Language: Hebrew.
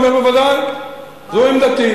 הוא אמר: בוודאי, זו עמדתי.